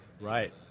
Right